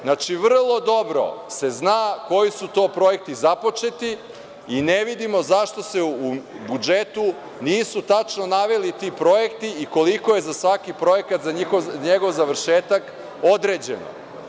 Znači, vrlo dobro se zna koji su to projekti započeti i ne vidimo zašto se u budžetu nisu tačno naveli ti projekti i koliko je za svaki projekat za njegov završetak određeno.